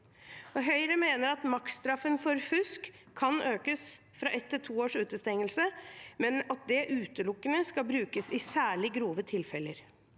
Høyre mener at maksstraffen for fusk kan økes fra ett til to års utestengelse, men at det utelukkende skal brukes i særlig grove tilfeller.